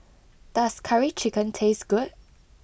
does Curry Chicken taste good